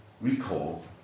recall